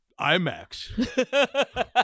IMAX